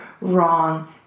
wrong